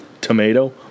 Tomato